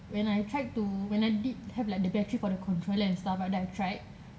when I tried to when I did have like the battery for the controller and stuff like that I tried